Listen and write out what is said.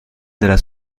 della